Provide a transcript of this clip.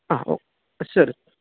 ആ ഓ ശരി